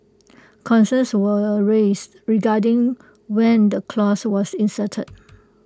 concerns were raised regarding when the clause was inserted